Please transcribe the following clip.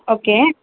okay